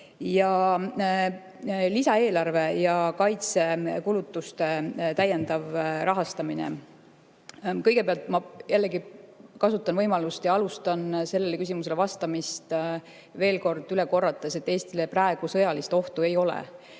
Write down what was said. Lisaeelarve ja kaitsekulutuste täiendav rahastamine. Kõigepealt, ma jällegi kasutan võimalust ja alustan sellele küsimusele vastamist veel kord üle korrates, et Eestile praegu sõjalist ohtu ei ole.